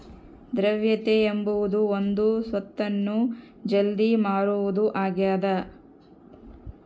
ದ್ರವ್ಯತೆ ಎಂಬುದು ಒಂದು ಸ್ವತ್ತನ್ನು ಜಲ್ದಿ ಮಾರುವುದು ಆಗಿದ